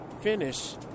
finish